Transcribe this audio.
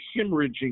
hemorrhaging